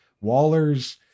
Waller's